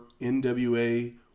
NWA